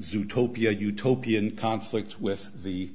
zoo topia utopian conflict with the